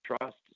trust